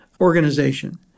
organization